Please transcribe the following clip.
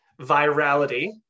virality